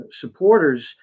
supporters